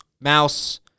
Mouse